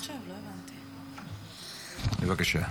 בבקשה.